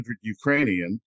Ukrainian